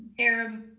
Arab